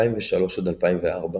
מ-2003–2004